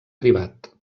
privat